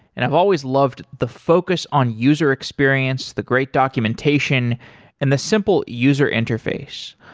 and i've always loved the focus on user experience, the great documentation and the simple user interface.